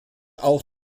auch